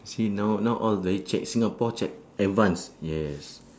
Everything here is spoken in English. see now now all very check singapore check advance yes